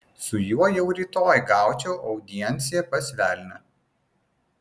su juo jau rytoj gaučiau audienciją pas velnią